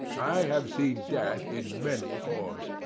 i have seen death in many forms,